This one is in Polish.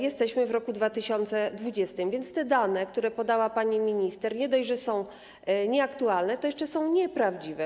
Jest rok 2020, więc te dane, które podała pani minister, nie dość, że są nieaktualne, to jeszcze są nieprawdziwe.